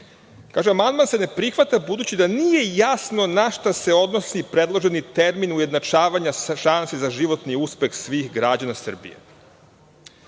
„Amandman se ne prihvata, budući da nije jasno na šta se odnosi predloži termin ujednačavanja šansi za životni uspeh svih građana Srbije“,